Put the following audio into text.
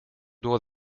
door